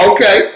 Okay